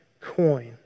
coin